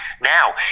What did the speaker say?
now